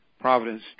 Providence